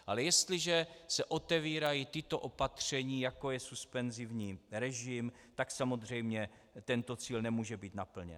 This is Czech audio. Ale jestliže se otevírají tato opatření, jako je suspenzivní režim, tak samozřejmě tento cíl nemůže být naplněn.